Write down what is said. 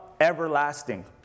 everlasting